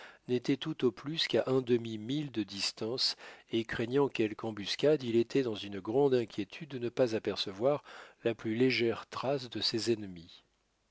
tout au plus qu'à un demi-mille de distance et craignant quelque embuscade il était dans une grande inquiétude de ne pas apercevoir la plus légère trace de ses ennemis